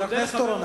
חבר הכנסת אורון,